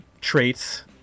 traits